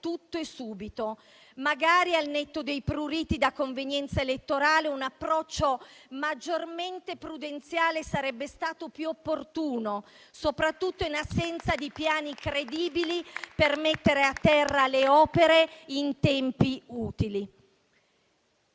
tutto e subito. Magari, al netto dei pruriti da convenienza elettorale, un approccio maggiormente prudenziale sarebbe stato più opportuno, soprattutto in assenza di piani credibili per mettere a terra le opere in tempi utili.